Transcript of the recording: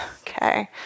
okay